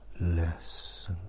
Less